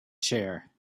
chair